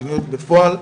מדיניות בפועל".